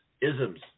Isms